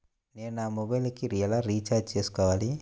నేను నా మొబైల్కు ఎలా రీఛార్జ్ చేసుకోవాలి?